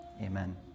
amen